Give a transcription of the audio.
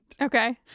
Okay